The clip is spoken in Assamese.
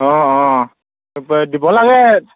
অঁ অঁ দিব লাগে